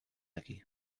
aquí